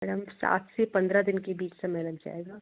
madam सात से पंद्रह दिन के बीच समय लग जाएगा